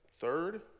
Third